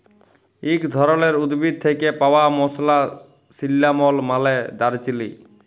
ইক ধরলের উদ্ভিদ থ্যাকে পাউয়া মসলা সিল্লামল মালে দারচিলি